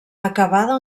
acabada